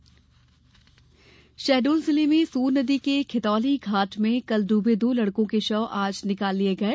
शव बरामद शहडोल जिले में सोन नदी के खेतौली घाट में कल डूबे दो लड़कों के शव आज निकाले गये